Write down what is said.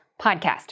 podcast